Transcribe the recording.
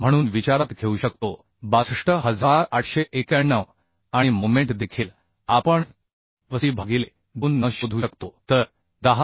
म्हणून विचारात घेऊ शकतो 62891 आणि मोमेन्ट देखील आपण Vc भागिले 2 N शोधू शकतो तर 10